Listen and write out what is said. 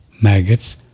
maggots